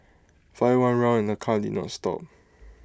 fired one round the car did not stop